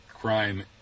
crime